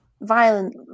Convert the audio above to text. violent